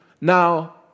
Now